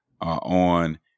on